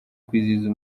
kwizihiza